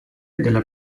della